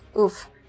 oof